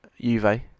Juve